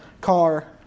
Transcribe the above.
car